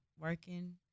working